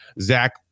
Zach